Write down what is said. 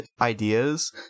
ideas